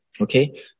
Okay